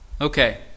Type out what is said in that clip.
Okay